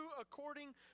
according